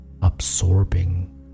absorbing